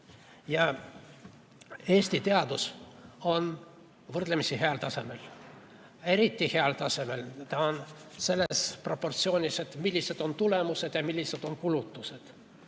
Eesti teadus on võrdlemisi heal tasemel, eriti heal tasemel on ta selles proportsioonis, millised on tulemused ja millised on kulutused.